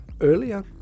earlier